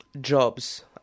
jobs